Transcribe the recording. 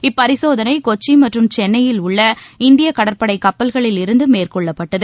இப்பரிசோதனை கொச்சி மற்றும் சென்னையில் உள்ள இந்திய கடற்படை கப்பல்களில் இருந்து மேற்கொள்ளப்பட்டது